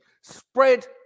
spread